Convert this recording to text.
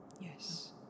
Yes